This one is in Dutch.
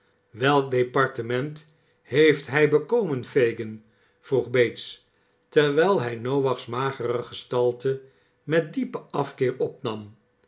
welk departement heet hij bekomen fagin vroeg bates terwijl hij noach's magere gestalte met diepen afkeer opnam